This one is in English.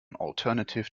alternative